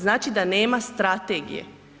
Znači da nema strategije.